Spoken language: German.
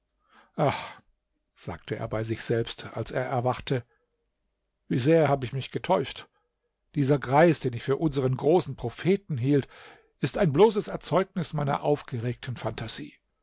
sagte er bei sich selbst als er erwachte wie sehr habe ich mich getäuscht dieser greis den ich für unsern großen propheten hielt ist ein bloßes erzeugnis meiner aufgeregten phantasie